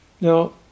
now